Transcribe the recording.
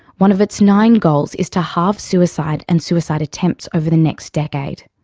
one of its nine goals is to halve suicide and suicide attempts over the next decade.